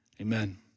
Amen